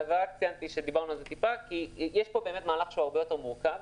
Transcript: רק ציינתי שדיברנו על זה מעט ושיש פה מהלך שהוא הרבה יותר מורכב.